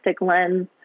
lens